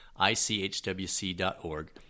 ICHWC.org